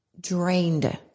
drained